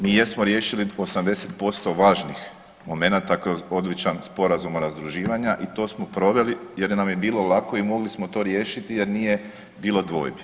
Mi jesmo riješili 80% važnih momenata kroz odličan sporazum o razdruživanja i to smo proveli jer nam je bilo lako i mogli smo to riješiti jer nije bilo dvojbi.